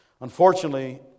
unfortunately